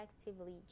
effectively